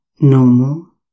normal